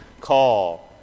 call